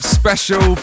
special